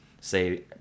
Say